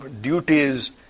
duties